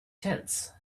tents